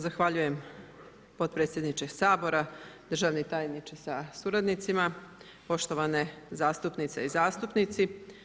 Zahvaljujem potpredsjedniče Sabora, državni tajniče sa suradnicima, poštovane zastupnice i zastupnici.